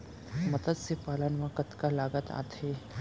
मतस्य पालन मा कतका लागत आथे?